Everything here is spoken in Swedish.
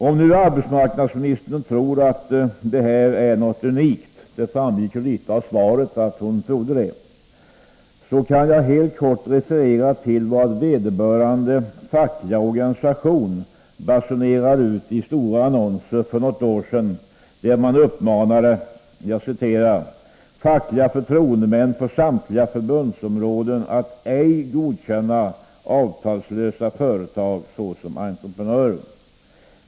Om arbetsmarknadsministern tror att detta är ett unikt fall — det framskymtade i svaret att hon trodde det — kan jag helt kort referera till vad vederbörande fackliga organisation basunerade ut i stora annonser för något år sedan, där man uppmanade ”fackliga förtroendemän på samtliga förbundsområden att ej godkänna avtalslösa företag såsom entreprenörer.